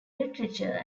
literature